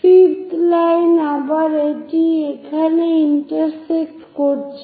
5th line আবার এটি এখানে ইন্টারসেক্ট করছে